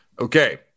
Okay